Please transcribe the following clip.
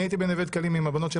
אני הייתי בנווה דקלים עם הבנות של